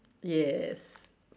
yes